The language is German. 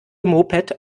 moped